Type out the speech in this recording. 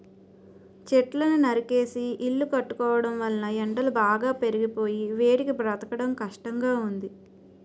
చెట్లను నరికేసి ఇల్లు కట్టుకోవడం వలన ఎండలు బాగా పెరిగిపోయి వేడికి బ్రతకడం కష్టంగా ఉంది